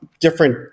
different